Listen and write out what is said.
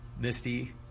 misty